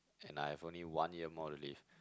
and I've only one year more to live